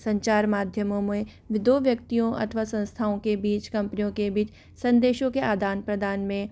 संचार माध्यमों में दो व्यक्तियों अथवा संस्थाओं के बीच कंपनियों के बीच संदेशों के आदान प्रदान में